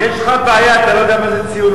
יש לך בעיה, אתה לא יודע מה זה ציוני.